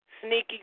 Sneaky